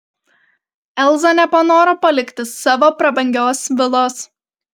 elza nepanoro palikti savo prabangios vilos